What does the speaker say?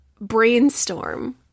brainstorm